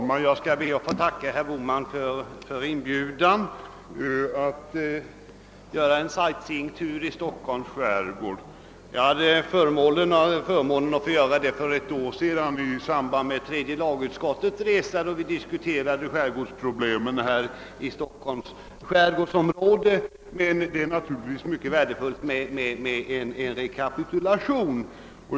Herr talman! Jag ber att få tacka herr Bohman för inbjudan att göra en sightseeingtur i Stockholms skärgård. Jag hade förmånen att få göra en sådan för ett år sedan i samband med tredje lagutskottets resa, då vi studerade skärgårdsproblem i Stockholms skärgårdsområde, men det är naturligtvis värdefullt med en rekapitulation.